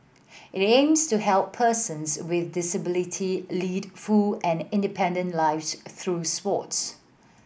it aims to help persons with disability lead full and independent lives through sports